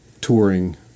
touring